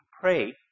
pray